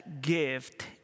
gift